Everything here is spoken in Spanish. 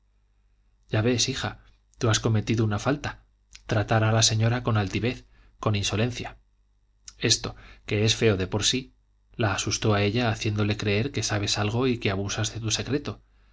ya ves hija tú has cometido una falta tratar a la señora con altivez con insolencia esto que es feo de por sí la asustó a ella haciéndole creer que sabes algo y que abusas de tu secreto